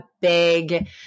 big